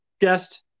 guest